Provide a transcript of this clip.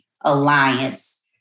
Alliance